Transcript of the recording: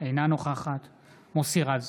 אינה נוכחת מוסי רז,